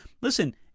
listen